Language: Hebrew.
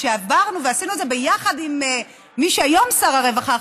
וכשעברנו ועשינו את זה ביחד עם מי שהוא היום שר הרווחה,